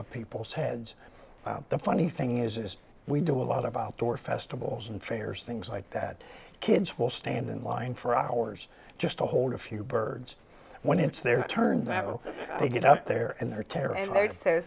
of people's heads the funny thing is is we do a lot of outdoor festivals and fairs things like that kids will stand in line for hours just to hold a few birds when it's their turn that they get up there and their